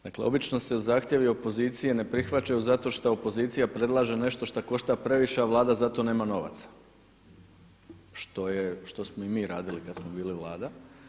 Dakle obično se zahtjevi opozicije ne prihvaćaju zato šta opozicija predlaže nešto što košta previše a Vlada za to nema novaca, što je, što smo i mi radili kada smo bili Vlada.